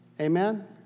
Amen